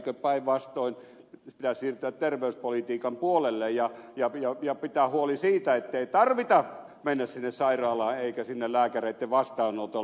eikö päinvastoin pidä siirtyä terveyspolitiikan puolelle ja pitää huoli siitä ettei tarvitse mennä sinne sairaalaan eikä sinne lääkäreitten vastaanotolle